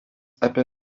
apie